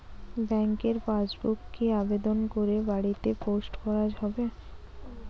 ব্যাংকের পাসবুক কি আবেদন করে বাড়িতে পোস্ট করা হবে?